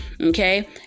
Okay